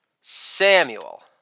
Samuel